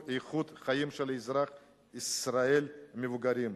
איכות החיים של אזרחי ישראל המבוגרים,